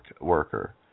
Worker